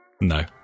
no